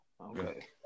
okay